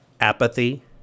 apathy